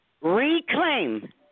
Reclaim